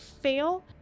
fail